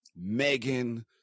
Megan